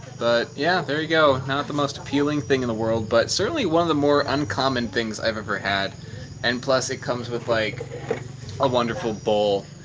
but yeah, there you go, not the most appealing thing in the world but certainly one of the more uncommon things i've had and plus it comes with like a wonderful bowl.